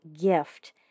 gift